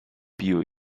pio